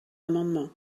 amendement